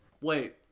Wait